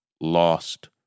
lost